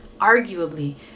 Arguably